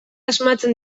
asmatzen